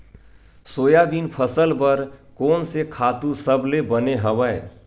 Soybean फसल बर कोन से खातु सबले बने हवय?